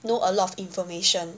know a lot of information